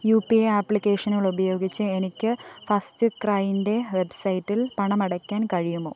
U P I ആപ്ലിക്കേഷനുകളുപയോഗിച്ച് എനിക്ക് first ക്രൈൻ്റെ വെബ്സൈറ്റിൽ പണമടയ്ക്കാൻ കഴിയുമോ